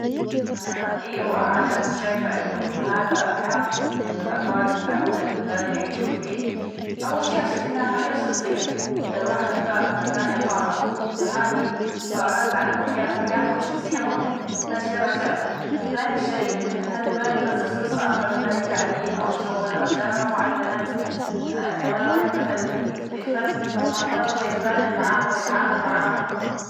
أيوه عن نفسى شايفه، إنه هذا حق إنه الأفراد يختارون البلد اللي يعيشون فيه، أول شي عشان إنها حرية شخصية، إذا الواحد إختار مكان إقامته، فهذى قرارات تتعلق بحياتهم الشخصية هما فهذا شي راجعلهم، ثاني شي، ويمكن هذه البلد توفر فرصة أفضل، مثلا التعليم أو شغل أو جامعة معينة كمان، الواحد مثلا ي- يختار الثقافات هو يتبادل معاها ويتعامل معاها.